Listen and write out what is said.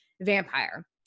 vampire